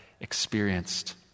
experienced